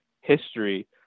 history